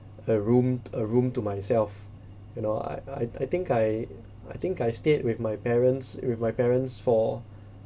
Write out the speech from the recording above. a room a room to myself you know I I think I I think I stayed with my parents with my parents for